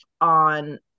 on